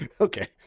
Okay